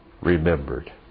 remembered